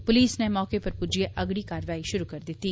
पुलस नै मौके उप्पर पुज्जियै अग्गड़ी कारबाई षुरू करी दित्ती